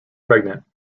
pregnant